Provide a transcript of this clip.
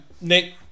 Nick